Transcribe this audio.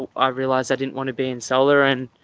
i realized i didn't want to be in solar and